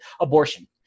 abortion